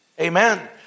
Amen